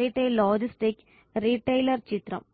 retail logistics retailer ചിത്രം